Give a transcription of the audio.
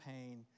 pain